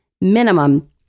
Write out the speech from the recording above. minimum